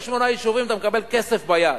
ב-28 יישובים אתה מקבל כסף ביד,